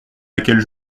laquelle